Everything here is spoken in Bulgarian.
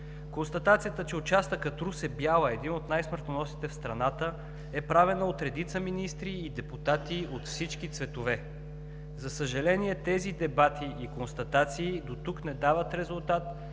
Констатацията, че участъкът Русе – Бяла е един от най-смъртоносните в страната, е правена от редица министри и депутати от всички цветове. За съжаление, тези дебати и констатации дотук не дават резултат